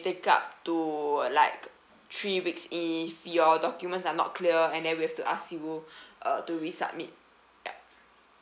take up to like three weeks if your documents are not clear and then we have to ask you uh to resubmit yup